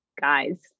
guys